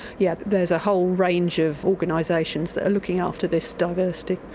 yeah there's a whole range of organisations that are looking after this diversity.